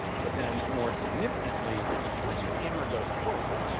but then more significantly, when the hammer goes forward,